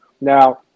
Now